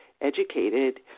educated